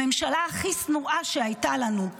הממשלה הכי שנואה שהייתה לנו,